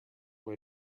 way